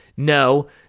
No